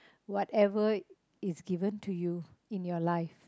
whatever is given to you in your life